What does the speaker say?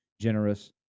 generous